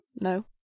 No